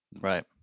Right